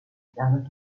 aber